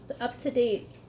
up-to-date